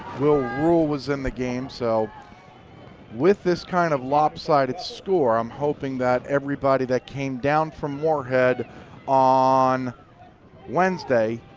will reul was in the game so with this kind of lopsided score, i'm hoping that everybody that came down from moorhead on wednesday,